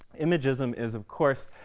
imagism is, of course,